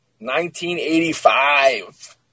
1985